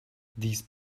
these